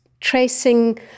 tracing